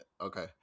okay